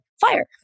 fire